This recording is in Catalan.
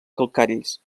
calcaris